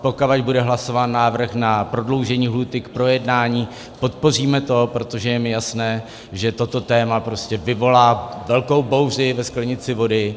Pokud bude hlasován návrh na prodloužení lhůty k projednání, podpoříme to, protože je mi jasné, že toto téma vyvolá velkou bouři ve sklenici vody.